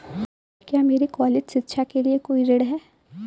क्या मेरे कॉलेज शिक्षा के लिए कोई ऋण है?